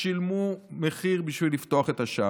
שילמו מחיר בשביל לפתוח את השערים.